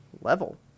level